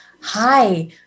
hi